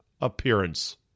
appearance